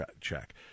check